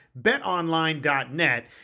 BetOnline.net